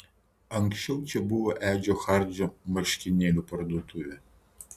anksčiau čia buvo edžio hardžio marškinėlių parduotuvė